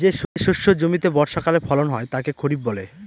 যে শস্য জমিতে বর্ষাকালে ফলন হয় তাকে খরিফ বলে